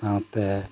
ᱥᱟᱶᱛᱮ